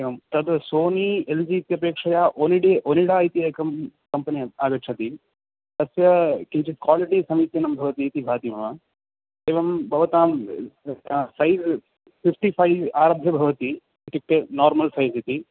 एवं तद् Sony L G इत्यपेक्षया ओनिडि ओनिडा इति एकं कम्पेनी आगच्छति तस्य किञ्चित् क्वालिटि समीचीनं भवति इति भाति मम एवं भवतां सैज़् फ़िफ़्टि फ़ै आरभ्य भवति इत्युक्ते नोर्मल् सैज़् इति